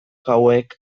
hauek